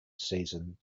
season